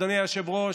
אדוני היושב-ראש,